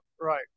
Right